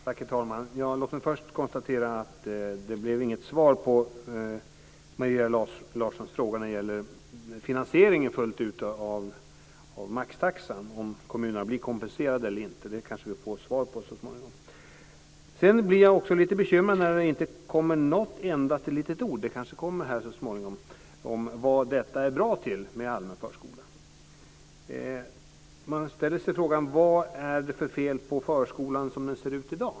Herr talman! Låt mig först konstatera att det inte blev något svar på Maria Larssons fråga om finansieringen fullt ut av maxtaxan, om kommunerna blir kompenserade eller inte. Den får vi kanske svar på så småningom. Sedan blir jag lite bekymrad när det inte kommer något enda ord om vad allmän förskola är bra för, men det kanske också kommer så småningom. Man ställer sig frågan: Vad är det för fel på förskolan, som den ser ut i dag?